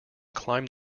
climbed